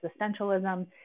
existentialism